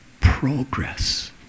progress